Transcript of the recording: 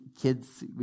kids